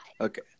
okay